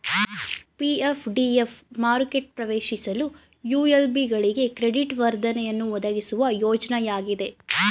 PF DF ಮಾರುಕೆಟ ಪ್ರವೇಶಿಸಲು ULB ಗಳಿಗೆ ಕ್ರೆಡಿಟ್ ವರ್ಧನೆಯನ್ನು ಒದಗಿಸುವ ಯೋಜ್ನಯಾಗಿದೆ